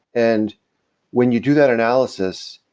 and when you do that analysis,